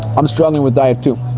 i'm struggling with diet too.